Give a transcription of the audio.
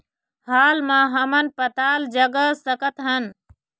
हाल मा हमन पताल जगा सकतहन?